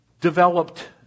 developed